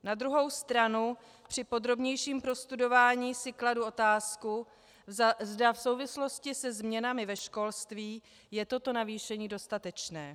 Na druhou stranu při podrobnějším prostudování si kladu otázku, zda v souvislosti se změnami ve školství je toto navýšení dostatečné.